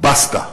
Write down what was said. "באסטה".